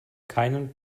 keinen